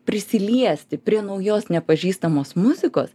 prisiliesti prie naujos nepažįstamos muzikos